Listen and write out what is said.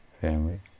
family